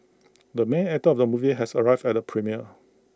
the main actor of the movie has arrived at the premiere